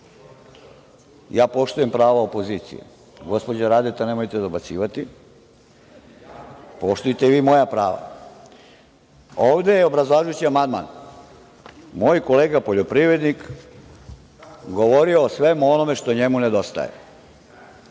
poštujem pravo opozicije. Gospođo Radeta, nemojte dobacivati. Poštujte vi moja prava. Obrazlažući amandman moj kolega poljoprivrednik govorio je o svemu onome što o njemu nedostaje.